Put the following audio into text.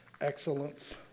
excellence